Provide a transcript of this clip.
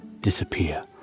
disappear